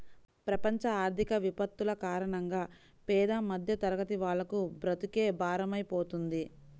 ప్రపంచ ఆర్థిక విపత్తుల కారణంగా పేద మధ్యతరగతి వాళ్లకు బ్రతుకే భారమైపోతుంది